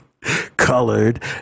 colored